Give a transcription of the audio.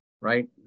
right